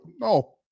no